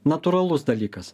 natūralus dalykas